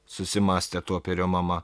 susimąstė toperio mama